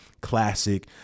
classic